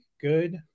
good